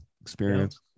experience